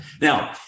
Now